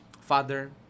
Father